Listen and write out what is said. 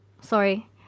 sorry